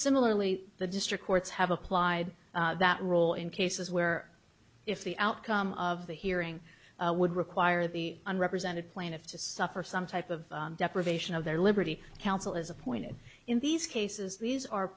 similarly the district courts have applied that role in cases where if the outcome of the hearing would require the unrepresented plaintiff to suffer some type of deprivation of their liberty counsel is appointed in these cases these are